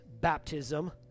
baptism